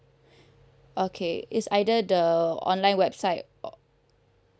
okay it's either the online website or